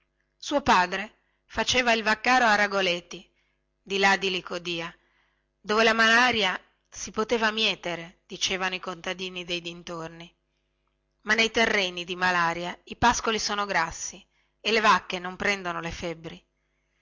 suo padre faceva il vaccaro a ragoleti di là di licodia dove la malaria si poteva mietere dicevano i contadini dei dintorni ma nei terreni di malaria i pascoli sono grassi e le vacche non prendono le febbri